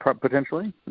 potentially